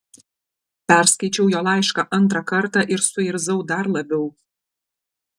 perskaičiau jo laišką antrą kartą ir suirzau dar labiau